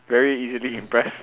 very easily impressed